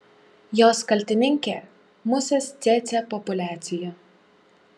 jos kaltininkė musės cėcė populiacija